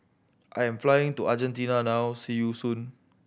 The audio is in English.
I am flying to Argentina now see you soon